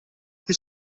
più